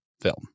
film